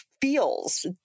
feels